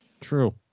True